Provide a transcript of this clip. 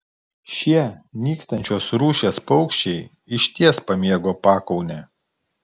šie nykstančios rūšies paukščiai išties pamėgo pakaunę